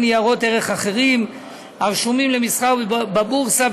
ניירות ערך אחרים הרשומים למסחר בבורסה,